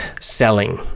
selling